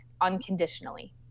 unconditionally